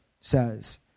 says